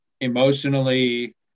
emotionally